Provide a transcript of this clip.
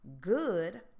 good